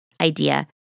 idea